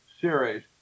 series